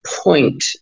point